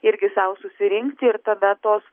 irgi sau susirinkti ir tada tos